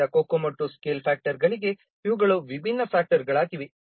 ಆದ್ದರಿಂದ COCOMO II scale ಫ್ಯಾಕ್ಟರ್ಗೆ ಇವುಗಳು ವಿಭಿನ್ನ ಫ್ಯಾಕ್ಟರ್ಗಳಾಗಿವೆ